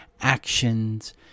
actions